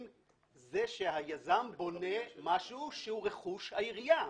זה שהיזם בונה משהו שהוא רכוש העירייה.